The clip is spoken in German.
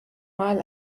mal